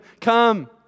come